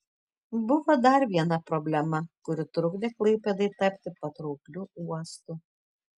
buvo dar viena problema kuri trukdė klaipėdai tapti patraukliu uostu